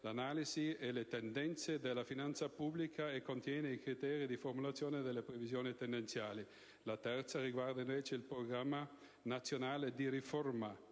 l'analisi e le tendenze della finanza pubblica e contiene i criteri di formulazione delle previsioni tendenziali. La terza riguarda, invece, il Programma nazionale di riforma,